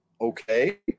okay